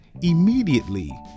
immediately